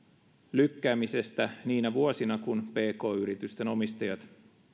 lykkäämisestä niinä vuosina kun pk yritysten omistajat